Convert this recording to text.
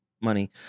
money